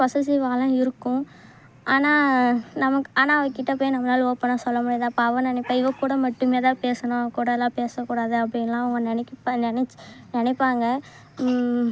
பொசஸ்ஸிவ்லாலாம் இருக்கும் ஆனால் நமக்கு ஆனால் அவள் கிட்ட போய் நம்மளால் ஓப்பனா சொல்ல முடியாது அப்போ அவள் நினைப்பா இவள் கூட மட்டும் தான் பேசணும் அவ கூடலாம் பேசக்கூடாது அப்படின்லாம் அவங்க நெனைக்குப்பா நினைச்சி நினைப்பாங்க